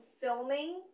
filming